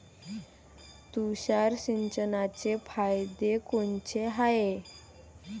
तुषार सिंचनाचे फायदे कोनचे हाये?